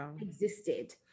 existed